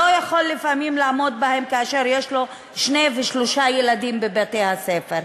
לא יכול לפעמים לעמוד בהן כשיש לו שניים או שלושה ילדים בבתי-הספר?